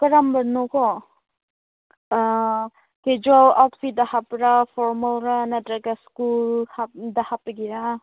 ꯀꯔꯝꯕꯅꯣꯀꯣ ꯑꯥ ꯐꯤꯖꯣꯜ ꯑꯥꯎꯠꯐꯤꯠꯇ ꯍꯥꯞꯄꯨꯔꯥ ꯐꯣꯔꯃꯦꯜꯔ ꯅꯠꯇ꯭ꯔꯒ ꯁ꯭ꯀꯨꯜꯗ ꯍꯥꯞꯄꯒꯤꯔꯥ